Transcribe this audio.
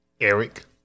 Eric